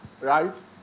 right